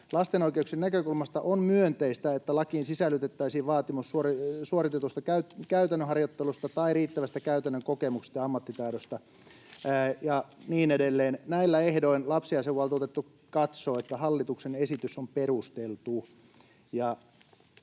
Lasten oikeuksien näkökulmasta on myönteistä, että lakiin sisällytettäisiin vaatimus suoritetusta käytännön harjoittelusta tai riittävästä käytännön kokemuksesta ja ammattitaidosta.” Ja niin edelleen. Näillä ehdoin lapsiasiavaltuutettu katsoo, että hallituksen esitys on perusteltu.